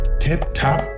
Tip-top